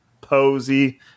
Posey